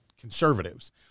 conservatives